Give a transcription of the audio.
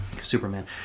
Superman